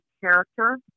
character